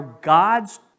God's